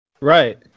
right